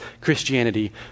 Christianity